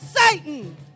Satan